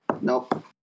Nope